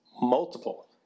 Multiple